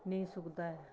नेईं सुक्कदा ऐ